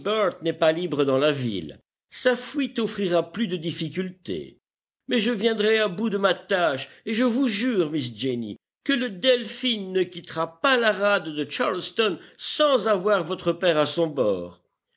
halliburtt n'est pas libre dans la ville sa fuite offrira plus de difficulté mais je viendrai à bout de ma tâche et je vous jure miss jenny que le delphin ne quittera pas la rade de charleston sans avoir votre père à son bord